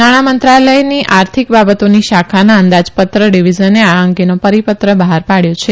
નાણાં મંત્રાલયની આર્થિક બાબતોની શાખાના અંદાજપત્ર ડીવીઝને આ અંગેનો પરીપત્ર બહાર પાડથો છે